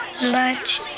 lunch